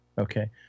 Okay